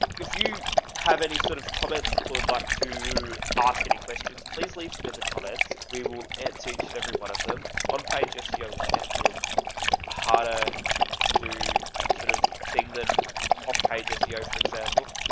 if you have any sort of comments or would like to ask any questions, please leave them in the comments. we will answer each and every one of them on page. seo is definitely a harder to do sort of thing than off page seo, for example,